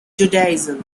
judaism